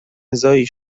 نزاعی